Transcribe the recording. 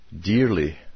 dearly